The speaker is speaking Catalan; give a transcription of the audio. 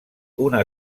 una